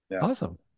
Awesome